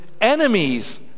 enemies